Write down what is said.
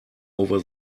over